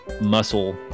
muscle